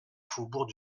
faubourgs